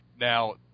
Now